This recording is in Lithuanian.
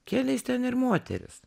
kėlė jis ten ir moteris